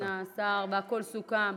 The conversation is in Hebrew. שהתנה השר והכול סוכם?